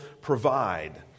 provide